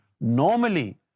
Normally